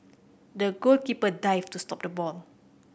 the goalkeeper dived to stop the ball